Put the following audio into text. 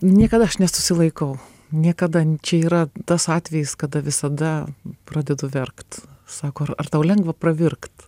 niekada aš nesusilaikau niekada čia yra tas atvejis kada visada pradedu verkt sako ar ar tau lengva pravirkt